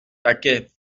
taquet